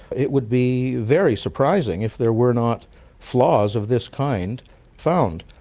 it would be very surprising if there were not flaws of this kind found.